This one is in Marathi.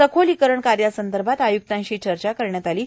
सखोलीकरण कार्यासंदर्भात आयुक्तांशी चर्चा करण्यात आली आहे